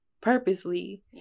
purposely